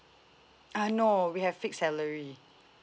uh no we have fix salary